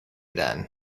then